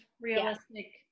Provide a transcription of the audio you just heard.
realistic